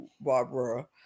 Barbara